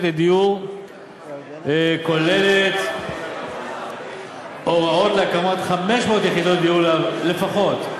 לדיור כוללת הוראות הקמת 500 יחידות דיור לפחות.